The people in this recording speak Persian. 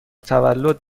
تولد